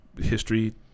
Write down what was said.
history